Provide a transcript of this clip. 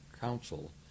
council